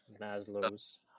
maslow's